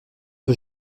peu